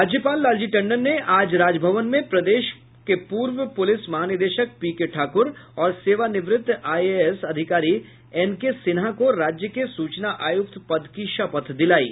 राज्यपाल लालजी टंडन ने आज राजभवन में प्रदेश पूर्व पूलिस महानिदेशक पीके ठाकुर और सेवानिवृत्त आईएएस अधिकारी एनके सिन्हा को राज्य के सूचना आयुक्त पद की शपथ दिलायी